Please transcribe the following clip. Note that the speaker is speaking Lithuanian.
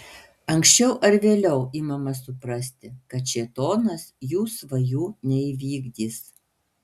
anksčiau ar vėliau imama suprasti kad šėtonas jų svajų neįvykdys